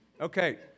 Okay